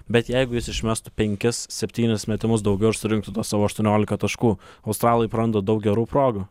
bet jeigu jis išmestų penkis septynis metimus daugiau ir surinktų savo aštuoniolika taškų australai praranda daug gerų progų